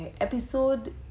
episode